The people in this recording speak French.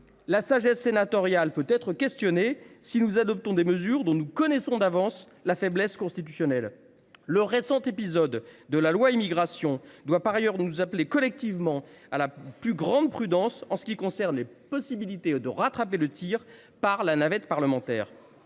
La sagesse sénatoriale peut être mise en doute, si nous adoptons des mesures dont nous connaissons d’avance la fragile constitutionnalité. Le récent épisode de la loi Immigration doit nous appeler collectivement à la plus grande prudence sur les possibilités de rattraper le tir au cours de la navette parlementaire.